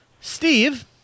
Steve